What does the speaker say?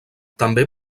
també